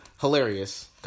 Hilarious